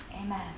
Amen